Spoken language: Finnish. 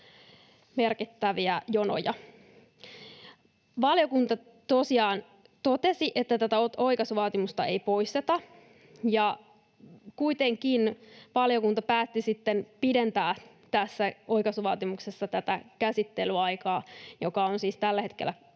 merkittäviä jonoja. Valiokunta tosiaan totesi, että oikaisuvaatimusta ei poisteta, ja kuitenkin valiokunta päätti sitten pidentää oikaisuvaatimuksessa käsittelyaikaa, joka on siis tällä hetkellä